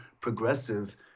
progressive